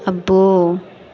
అబ్బో